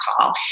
call